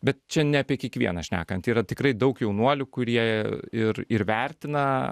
bet čia ne apie kiekvieną šnekant yra tikrai daug jaunuolių kurie ir ir vertina